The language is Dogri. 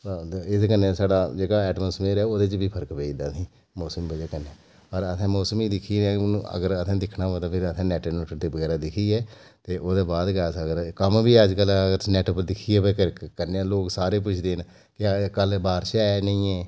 एह्दे कन्नै जेह्का साढ़ा एटमाॅसफेयर ऐ ओह्दे च बी फर्क पेई जंदा असें गी मौसम दी बजह कन्नै पर असें पर मौसम गी दिक्खियै हुन ते अगर असें दिक्खना पौंदा ते फ्ही अस नैट नुट बगैरा दिक्खियै ओह्दे बाद गै अस नेट पर दिक्खियै ते ओह्दे बाद गै अस कम्म बी अज कल अस नेट पर दिक्खियै भाई करने आं लोक सारे पुछदे कि कल बारिश ऐ कि नेईं